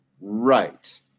Right